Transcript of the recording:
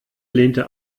lehnte